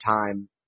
time